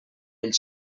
ell